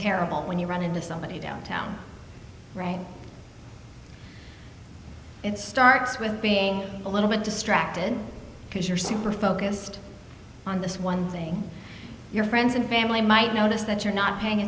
terrible when you run into somebody downtown it starts with being a little bit distracted because you're super focused on this one thing your friends and family might notice that you're not paying